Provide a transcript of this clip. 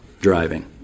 driving